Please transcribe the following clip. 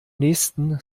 nächsten